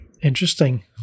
Interesting